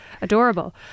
Adorable